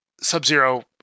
Sub-Zero